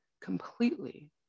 completely